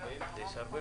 טוב, רבותיי, נא לשבת.